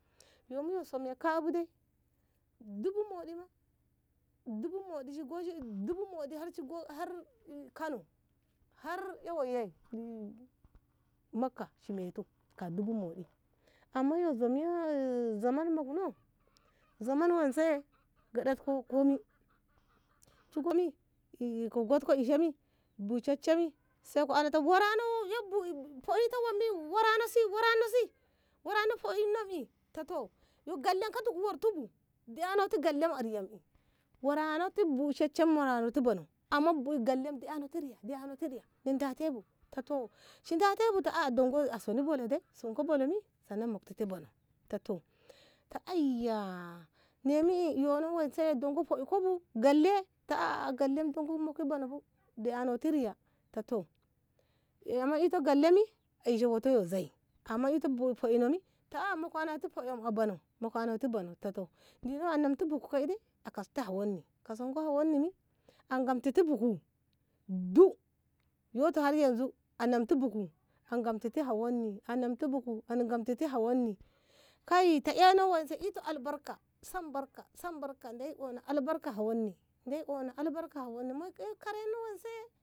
yomu yo som. e ka. a bu dai dubu mohɗi ma dubu mohɗi shigo shi dubu mohɗi har shigo kano har eh woi makka shi metu ka dubu mohɗi amma yo zaman mokno zaman wonse gaɗatko kome shi kume eh ta got ko ishe warano busheshshe bi sai ka ani ta wara yak po. im no si wara no si wara no po. im ta toh yo gellem kada ku worti bu f=da ƙa no te riya wara no ti bushashshe wara noti banoh amma gelle in da te bu ta shi da te buta a adon a suni bolo dai sunko bolo mi dongo a moktu banoh ta toh ta ayya yo no woi dongo hoiko bu gelle ta a a dongo moka banoh da a noti riya ta toh amma ito gelle me a ishe woto yo zei amma ito hoino mi ta a moka noti hoino banoh moka noti banoh ta toh a namti bugu dai ka i a kasti hawaonni kasanko hawonni mi a ngamtiti bugu duk yoto har yanzu a namti bugu a ngamteti hawonni a namti bugu a ngamteti hawonni kai ta eino woi itko albarka sambarka- sambarka ndeyi ono albarka hawonni ndeyi ono albarka hawonni moi kare no woiye